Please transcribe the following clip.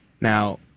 Now